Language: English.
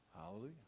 Hallelujah